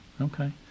okay